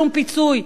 תשלום פיצוי.